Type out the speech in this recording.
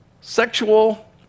sexual